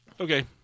Okay